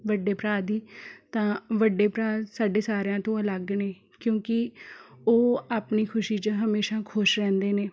ਵੱਡੇ ਭਰਾ ਦੀ ਤਾਂ ਵੱਡੇ ਭਰਾ ਸਾਡੇ ਸਾਰਿਆਂ ਤੋਂ ਅਲੱਗ ਨੇ ਕਿਉਂਕਿ ਉਹ ਆਪਣੀ ਖੁਸ਼ੀ 'ਚ ਹਮੇਸ਼ਾ ਖੁਸ਼ ਰਹਿੰਦੇ ਨੇ